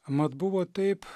mat buvo taip